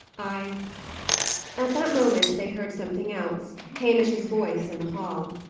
i at that moment they heard something else hamish's voice in the hall.